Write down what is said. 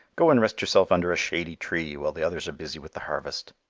go and rest yourself under a shady tree while the others are busy with the harvest.